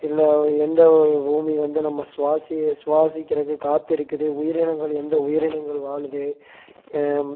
இல்லை எந்தவகை பூமி வந்து நம்ம சுவாசி சுவாசிக்கிறதுக்கு காற்று இருக்குது உயிரினங்கள் எந்த உயிரினங்கள் வாழுது